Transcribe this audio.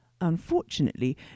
Unfortunately